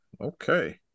Okay